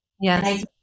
Yes